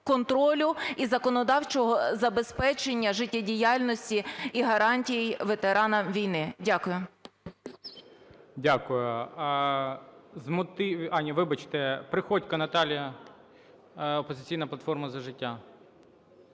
контролю і законодавчого забезпечення життєдіяльності і гарантій ветеранам війни. Дякую. ГОЛОВУЮЧИЙ. Дякую. З мотивів… Вибачте. Приходько Наталія, "Опозиційна платформа – За життя".